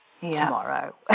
tomorrow